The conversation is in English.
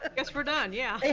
ah guess we're done, yeah yeah.